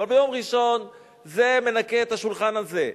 אבל ביום ראשון זה מנקה את השולחן הזה,